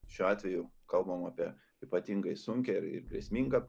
šiuo atveju kalbam apie ypatingai sunkią ir grėsmingą